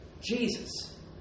Jesus